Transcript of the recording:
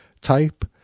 type